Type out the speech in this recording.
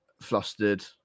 flustered